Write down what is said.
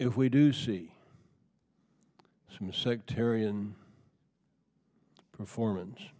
if we do see some sectarian performance